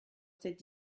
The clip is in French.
cette